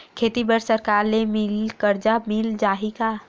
खेती बर सरकार ले मिल कर्जा मिल जाहि का?